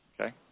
Okay